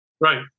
Right